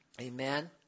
Amen